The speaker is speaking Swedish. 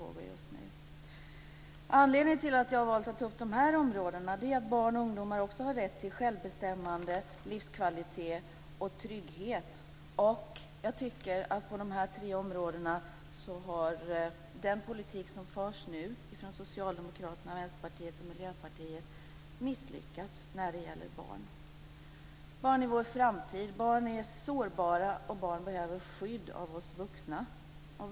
Anledningen till att jag har valt att ta upp de här områdena är att barn och ungdomar också har rätt till självbestämmande, livskvalitet och trygghet. Jag tycker att den politik som förs nu av Socialdemokraterna, Vänsterpartiet och Miljöpartiet har misslyckats på de här tre områdena när det gäller barn. Barn är vår framtid. Barn är sårbara, och barn behöver skydd av oss vuxna.